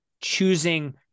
choosing